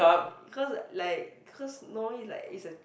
cause like cause Norway is like it's a